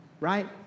right